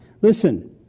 Listen